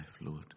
Lord